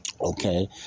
Okay